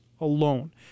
alone